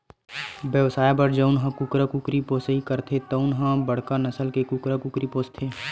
बेवसाय बर जउन ह कुकरा कुकरी पोसइ करथे तउन ह बड़का नसल के कुकरा कुकरी पोसथे